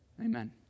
amen